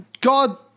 God